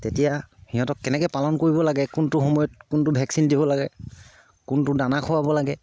তেতিয়া সিহঁতক কেনেকে পালন কৰিব লাগে কোনটো সময়ত কোনটো ভেকচিন দিব লাগে কোনটো দানা খুৱাব লাগে